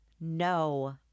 no